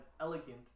elegant